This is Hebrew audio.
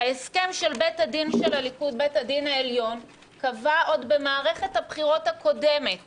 ההסכם של בית הדין העליון של הליכוד קבע עוד במערכת הבחירות הקודמת